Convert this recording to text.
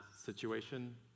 situation